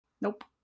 nope